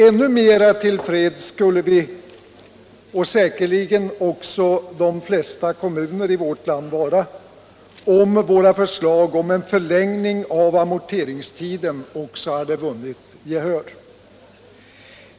Ännu mer till freds skulle vi, och säkerligen också de flesta kommunerna i vårt land, vara om våra förslag om en förlängning av amorteringstiden också vunnit gehör.